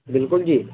بالکل جی